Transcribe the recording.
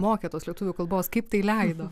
mokė tos lietuvių kalbos kaip tai leido